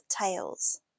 tails